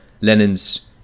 Lenin's